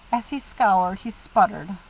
as he scoured he sputtered.